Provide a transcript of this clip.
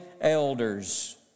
elders